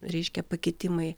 reiškia pakitimai